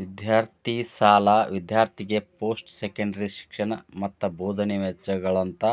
ವಿದ್ಯಾರ್ಥಿ ಸಾಲ ವಿದ್ಯಾರ್ಥಿಗೆ ಪೋಸ್ಟ್ ಸೆಕೆಂಡರಿ ಶಿಕ್ಷಣ ಮತ್ತ ಬೋಧನೆ ವೆಚ್ಚಗಳಂತ